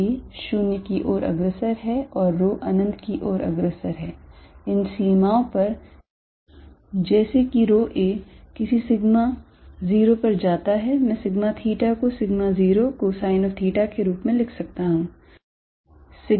a 0 की ओर अग्रसर है और rho अनंत की ओर अग्रसर है इन सीमाओं पर जैसे कि rho a किसी sigma 0 पर जाता है मैं sigma theta को sigma 0 cosine of theta के रूप में लिख सकता हूं